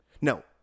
no